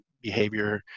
behavior